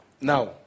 Now